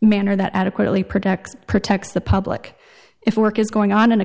manner that adequately protect protects the public if work is going on in